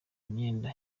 imyenda